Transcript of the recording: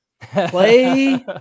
Play